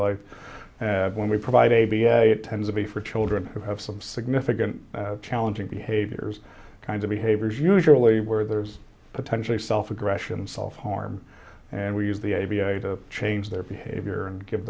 life and when we provide a b a it tends to be for children who have some significant challenging behaviors kinds of behaviors usually where there's potentially self aggression self harm and we use the a b a to change their behavior and give